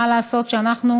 מה לעשות שאנחנו